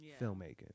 filmmaking